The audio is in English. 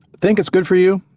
think it's good for you?